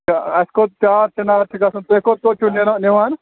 اَسہِ کوٚت چار چِنار چھُ گژھُن تُہۍ کوٚت کوٚت چھُو نیرا نِوان